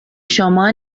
شما